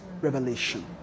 revelation